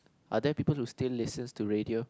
are there people who still listens to radio